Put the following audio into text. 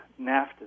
NAFTA